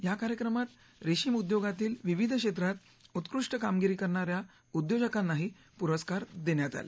या कार्यक्रमात रेशीम उद्योगातील विविध क्षेत्रात उत्कृष्ट कामगिरी करणा या उद्योजकांनाही पुरस्कार देण्यात आले